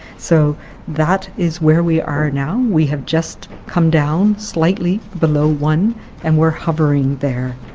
so that is where we are now. we have just come down slightly below one and we're hovering there,